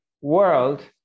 world